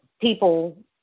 People